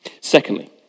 Secondly